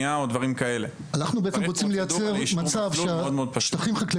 אנחנו צריכים למצוא את הדרך הזאת כדי שזה לא ייהפך למכשול.